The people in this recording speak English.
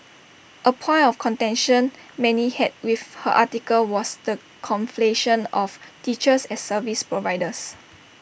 A point of contention many had with her article was the conflation of teachers as service providers